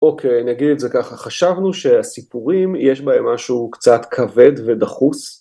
אוקיי, נגיד את זה ככה, חשבנו שהסיפורים יש בהם משהו קצת כבד ודחוס